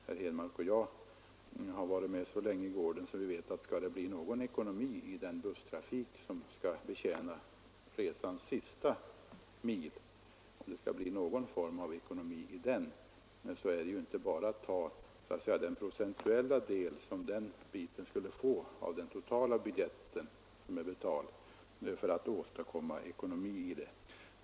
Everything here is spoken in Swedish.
Herr Henmark och jag har varit med så länge att vi vet att det, för att det skall bli någon ekonomi i den busstrafik som skall betjäna resans sista mil, inte bara går att ta den procentuella del av det totala biljettpriset som skulle falla på den sista biten.